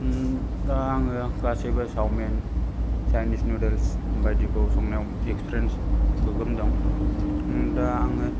दा आङो गासिबो सावमिन चाइनिस नुदलस बायदिफोरखौ संनायाव इक्सपेरियेन्स गोगोम दं दा आङो